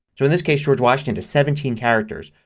so in this case george washington has seventeen characters.